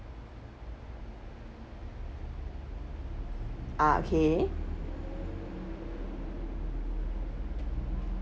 ah okay